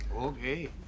okay